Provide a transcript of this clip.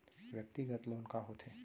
व्यक्तिगत लोन का होथे?